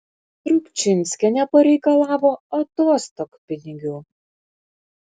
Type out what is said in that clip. strukčinskienė pareikalavo atostogpinigių